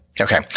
Okay